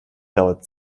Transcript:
dauert